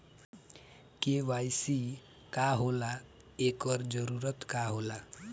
KYC का होला एकर जरूरत का होला?